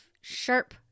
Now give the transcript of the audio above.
sharp